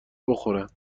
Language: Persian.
بخورن